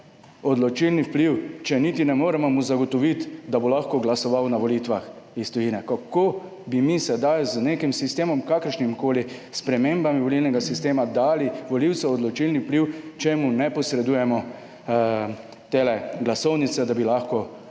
odločilni vpliv, če niti ne moremo mu zagotoviti, da bo lahko glasoval na volitvah iz tujine. Kako bi mi sedaj z nekim sistemom, kakršnimikoli spremembami volilnega sistema dali volivcem odločilni vpliv, če mu ne posredujemo te glasovnice, da bi lahko